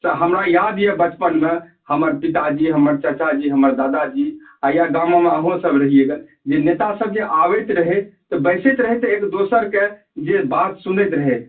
से हमरा याद यऽ बचपनमे हमर पिताजी हमर चाचाजी हमर दादाजी या गाँवमे अहुँ सभ रहियै गऽ जे नेता सभ जे आबैत रहै तऽ बैसैत रहै तऽ एक दोसरके जे बात सुनैत रहै